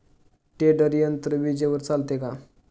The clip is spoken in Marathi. टेडर यंत्र विजेवर चालते का?